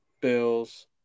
Bills